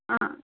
ஆ